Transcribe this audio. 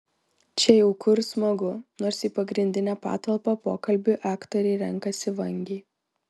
čia jauku ir smagu nors į pagrindinę patalpą pokalbiui aktoriai renkasi vangiai